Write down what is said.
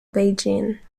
beijing